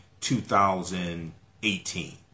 2018